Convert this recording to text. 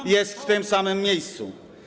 On jest w tym samym miejscu.